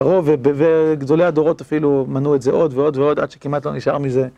הרוב, וגדולי הדורות אפילו מנעו את זה עוד ועוד ועוד עד שכמעט לא נשאר מזה.